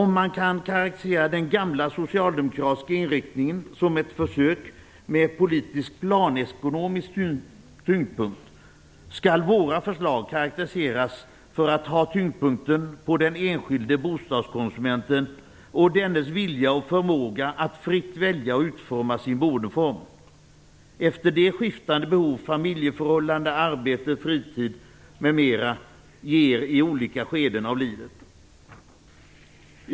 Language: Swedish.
Om man kan karakterisera den gamla socialdemokratiska inriktningen som ett försök med politisk planekonomisk tyngdpunkt, skall våra förslag karakteriseras av att ha tyngdpunkten på den enskilde bostadskonsumenten och dennes vilja och förmåga att fritt välja och utforma sin boendeform efter de skiftande behov, familjeförhållanden, arbete, fritid, m.m. i olika skeden framkallar.